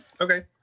Okay